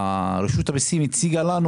כשאני הייתי באוצר רשות המסים הציגה לנו